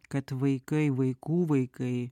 kad vaikai vaikų vaikai